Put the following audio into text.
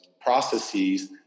processes